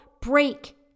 break